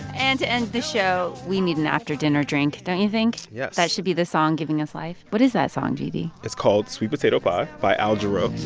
and to end the show, we need an after-dinner drink, don't you think? yes that should be the song giving us life. what is that song, g d? it's called sweet potato pie by al jarreau